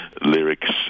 lyrics